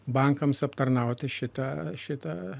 bankams aptarnauti šitą šitą